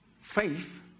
faith